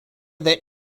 that